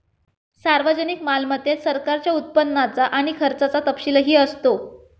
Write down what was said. सार्वजनिक मालमत्तेत सरकारच्या उत्पन्नाचा आणि खर्चाचा तपशीलही असतो